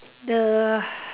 the